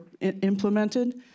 implemented